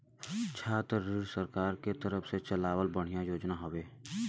छात्र ऋण सरकार के तरफ से चलावल बढ़िया योजना हौवे